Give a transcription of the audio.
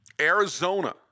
Arizona